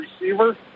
receiver